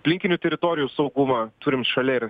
aplinkinių teritorijų saugumą turint šalia ir